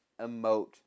emote